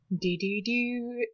do-do-do